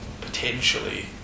potentially